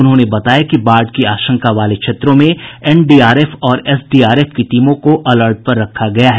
उन्होंने बताया कि बाढ़ की आशंका वाले क्षेत्रों में एनडीआरएफ और एसडीआरएफ की टीमों को अलर्ट पर रखा गया है